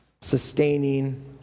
sustaining